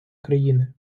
країни